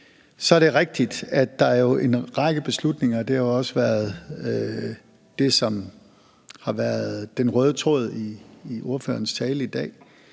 Så er det jo rigtigt, at der er en række beslutninger, og det har også været den røde tråd i ordførerens tale i dag,